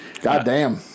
Goddamn